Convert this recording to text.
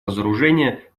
разоружения